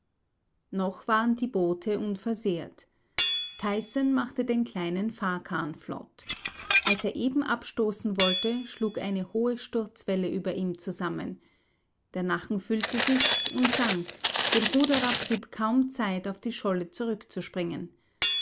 noch waren die boote unversehrt tyson machte den kleinen fahrkahn flott als er eben abstoßen wollte schlug eine hohe sturzwelle über ihm zusammen der nachen füllte sich und sank dem ruderer blieb kaum zeit auf die scholle zurückzuspringen